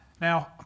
Now